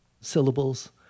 syllables